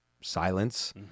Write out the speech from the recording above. silence